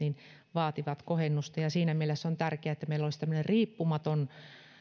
vaativat kohennusta siinä mielessä on tärkeää että meillä olisi tämmöinen riippumaton